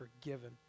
forgiven